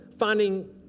finding